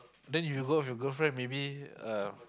then you go out with your girlfriend maybe uh